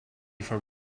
for